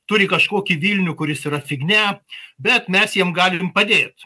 turi kažkokį vilnių kuris yra fignia bet mes jiem galime padėt